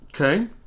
Okay